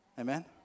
Amen